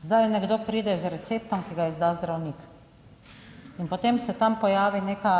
Zdaj nekdo pride z receptom, ki ga izda zdravnik, in potem se tam pojavi neka